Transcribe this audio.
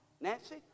Nancy